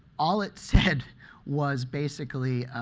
all it said was basically,